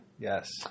Yes